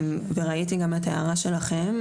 ראיתי גם את ההערה שלכם.